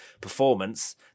performance